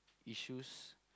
issues